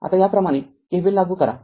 आता या प्रमाणे KVL लागू करा